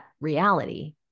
reality